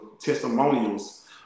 testimonials